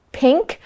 pink